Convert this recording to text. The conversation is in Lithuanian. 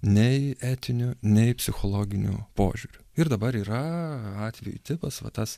nei etiniu nei psichologiniu požiūriu ir dabar yra atvejų tipas va tas